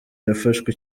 yafashwe